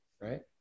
right